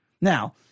Now